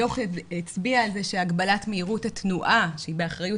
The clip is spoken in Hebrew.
הדו"ח הצביע על זה שהגבלת מהירות התנועה שהיא באחריות